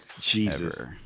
jesus